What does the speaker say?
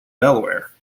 delaware